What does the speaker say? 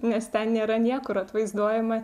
nes ten nėra niekur atvaizduojama